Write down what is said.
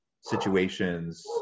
situations